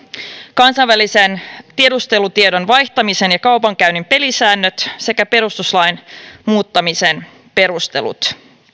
kansainvälisen tiedustelutiedon vaihtamisen ja kaupankäynnin pelisäännöt sekä perustuslain muuttamisen perustelut